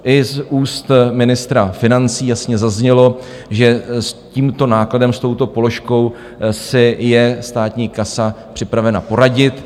I z úst ministra financí jasně zaznělo, že s tímto nákladem, s touto položkou, si je státní kasa připravena poradit.